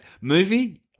movie